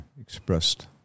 expressed